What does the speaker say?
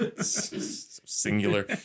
singular